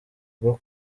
rwo